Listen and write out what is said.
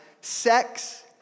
sex